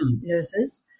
nurses